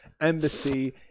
embassy